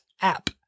app